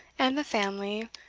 and the family,